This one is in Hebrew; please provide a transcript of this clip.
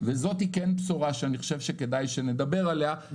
וזאת כן בשורה שאני חושב שכדאי שנדבר עליה כי כרגע יש התנגדות.